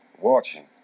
watching